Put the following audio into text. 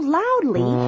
loudly